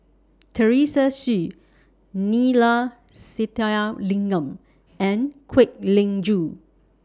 Teresa Hsu Neila Sathyalingam and Kwek Leng Joo